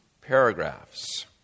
paragraphs